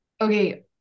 Okay